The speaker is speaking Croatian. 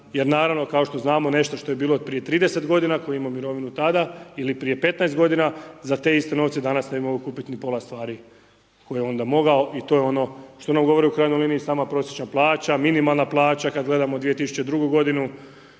jer naravno kao što znamo nešto što je bilo od prije 30 godina ko je imao mirovinu tada ili prije 15 godina za te iste novce danas ne bi mogao kupiti ni pola stvari koje je onda mogao i to je ono što nam govori u krajnjoj liniji i sama prosječna plaća, minimalna plaća kad gledamo 2002. godinu